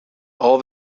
all